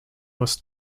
was